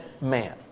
man